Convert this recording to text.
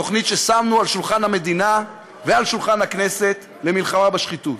תוכנית ששמנו על שולחן המדינה ועל שולחן הכנסת למלחמה בשחיתות.